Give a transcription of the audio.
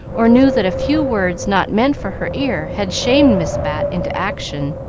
or knew that a few words not meant for her ear had shamed miss bat into action.